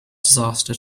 disaster